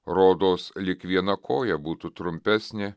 rodos lyg viena koja būtų trumpesnė